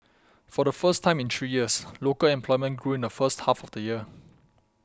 for the first time in three years local employment grew in the first half of the year